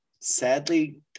sadly